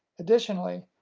additionally,